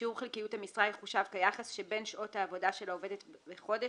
שיעור חלקיות המשרה יחושב כיחס שבין שעות העבודה של העובדת בחודש